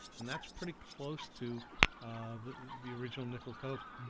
and that's pretty close to ah the the original nickel coke.